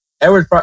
Edward